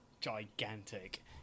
gigantic